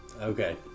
Okay